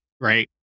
right